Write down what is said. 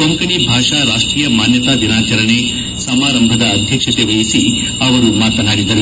ಕೊಂಕಣಿ ಭಾಷಾ ರಾಷ್ಟೀಯ ಮಾನ್ಯತಾ ದಿನಾಚರಣೆ ಸಮಾರಂಭದ ಅಧ್ಯಕ್ಷತೆ ವಹಿಸಿ ಅವರು ಮಾತನಾಡಿದರು